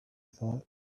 thought